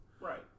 Right